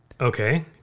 Okay